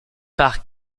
par